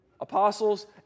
Apostles